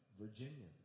Virginians